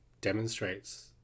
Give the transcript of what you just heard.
demonstrates